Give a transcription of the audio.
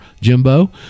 jimbo